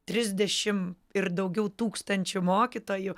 trisdešimt ir daugiau tūkstančių mokytojų